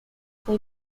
fue